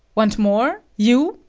want more? you?